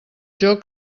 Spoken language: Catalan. joc